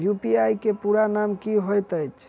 UPI केँ पूरा नाम की होइत अछि?